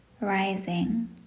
rising